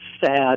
sad